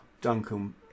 duncan